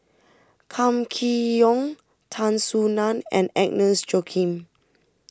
Kam Kee Yong Tan Soo Nan and Agnes Joaquim